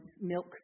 milk